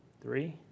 three